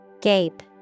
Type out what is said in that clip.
Gape